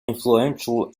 influential